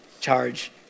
charge